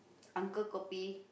uncle kopi